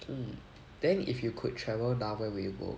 hmm then if you could travel now where would you go